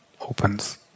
opens